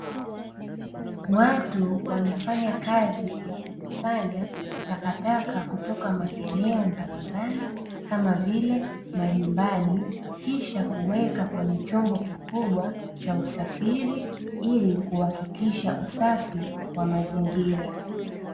Watu wanafanya kazi ya kukusanya takataka kutoka maeneo mbalimbali, kama vile majumbani, kisha kuweka kwenye chombo kikubwa cha usafiri ili kuhakikisha usafi wa mazingira.